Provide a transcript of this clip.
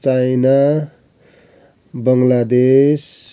China Bangladesh